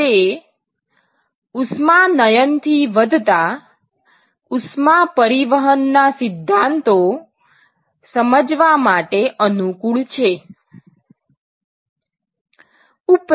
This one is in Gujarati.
તે ઉષ્માનયન થી વધતા ઉષ્મા પરિવહન ના સિદ્ધાંતો સમજવા માટે અનુકૂળ છે